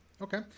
Okay